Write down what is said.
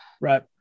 Right